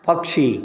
पक्षी